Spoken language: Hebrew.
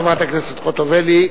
חברת הכנסת חוטובלי,